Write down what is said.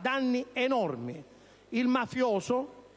danni enormi. Il mafioso,